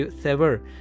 sever